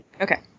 Okay